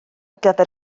gyfer